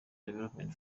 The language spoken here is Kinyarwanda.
development